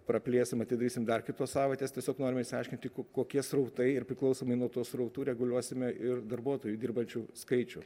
praplėsim atidarysim dar kitos savaitės tiesiog norim išsiaiškinti kokie srautai ir priklausomai nuo to srautų reguliuosime ir darbuotojų dirbančių skaičių